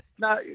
No